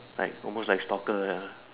like almost like stalker ya